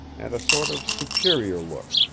and a sort of superior look,